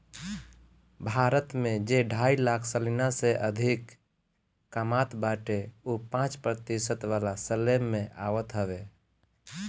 भारत में जे ढाई लाख सलीना से अधिका कामत बाटे उ पांच प्रतिशत वाला स्लेब में आवत हवे